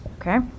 Okay